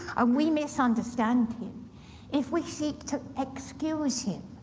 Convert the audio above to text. ah we misunderstand him if we seek to excuse him,